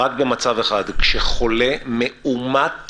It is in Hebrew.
במצב אחד, כשחולה מאומת